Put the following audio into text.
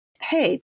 hey